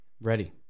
Ready